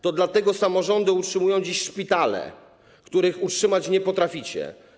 To dlatego samorządy utrzymują dziś szpitale, których utrzymać nie potraficie.